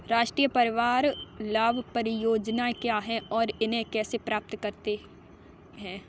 राष्ट्रीय परिवार लाभ परियोजना क्या है और इसे कैसे प्राप्त करते हैं?